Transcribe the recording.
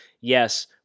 Yes